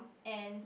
and